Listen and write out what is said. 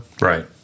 right